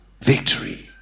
victory